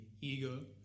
ego